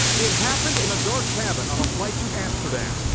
it happened in a dark cabin on a flight to amsterdam,